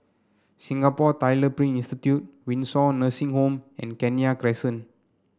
Singapore Tyler Print Institute Windsor Nursing Home and Kenya Crescent